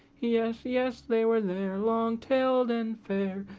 yes, yes! they were there long-tailed and fair,